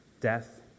Death